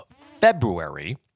February